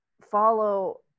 follow